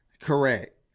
Correct